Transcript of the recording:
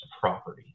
property